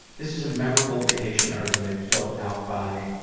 this is a memorable vacation argument filled out by, ah,